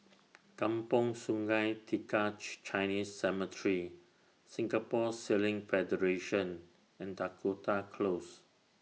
Kampong Sungai Tiga Chinese Cemetery Singapore Sailing Federation and Dakota Close